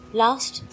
last